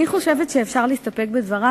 אני חושבת שאפשר להסתפק בדברי,